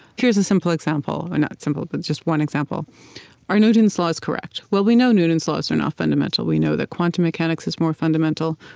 here's a simple example or not simple, but just one example are newton's laws correct? well, we know newton's laws are not fundamental. we know that quantum mechanics is more fundamental.